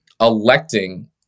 electing